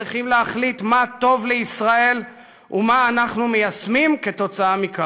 צריכים להחליט מה טוב לישראל ומה אנחנו מיישמים כתוצאה מכך.